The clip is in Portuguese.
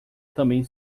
também